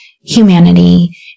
humanity